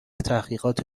تحقیقات